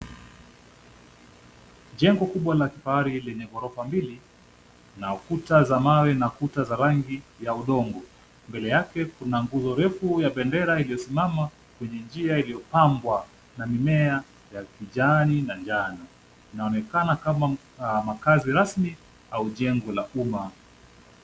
Jengo kubwa la kifahari lenye ghorofa mbili na kuta za mawe na kuta za rangi ya udongo. Mbele yake kuna nguzo refu ya bendera iliyosimama kwenye njia iliyopambwa na mimea ya kijani na njano. Inaonekana kama makazi rasmi ama jengo la uma.